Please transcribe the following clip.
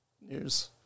news